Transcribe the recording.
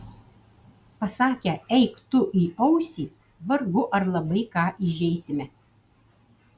pasakę eik tu į ausį vargu ar labai ką įžeisime